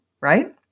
right